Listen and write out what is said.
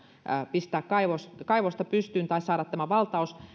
pistää kaivosta kaivosta pystyyn tai saada tämä valtaus